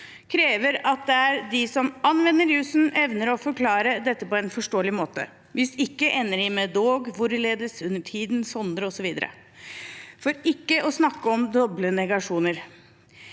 krever det at de som anvender jussen, evner å forklare dette på en forståelig måte. Hvis ikke ender vi med «dog», «hvorledes», «under tiden», «sondre» osv. – for ikke å snakke om doble negasjoner.